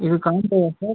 இது காம்போவா சார்